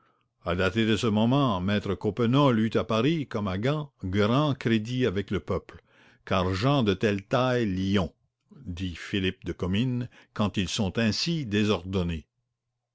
à dater de ce moment maître coppenole eut à paris comme à gand grand crédit avec le peuple car gens de telle taille l'y ont dit philippe de comines quand ils sont ainsi désordonnés